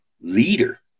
leader